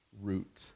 root